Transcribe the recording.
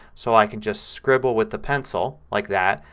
so i can just scribble with the pencil like that.